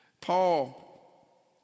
Paul